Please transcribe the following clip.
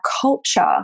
culture